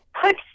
put